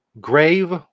Grave